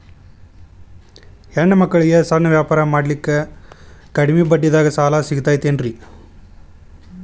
ಹೆಣ್ಣ ಮಕ್ಕಳಿಗೆ ಸಣ್ಣ ವ್ಯಾಪಾರ ಮಾಡ್ಲಿಕ್ಕೆ ಕಡಿಮಿ ಬಡ್ಡಿದಾಗ ಸಾಲ ಸಿಗತೈತೇನ್ರಿ?